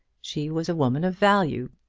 she was a woman of value,